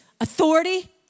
authority